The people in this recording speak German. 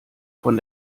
von